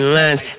lines